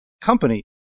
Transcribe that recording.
company